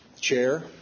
chair